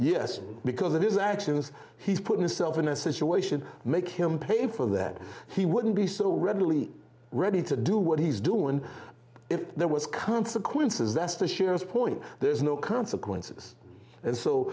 yes because of his actions he's put himself in a situation make him pay for that he wouldn't be so readily ready to do what he's doing if there was consequences that's the shares point there's no consequences and so